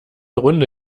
runde